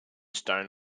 stone